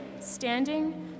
standing